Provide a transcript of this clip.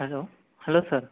hello hello sir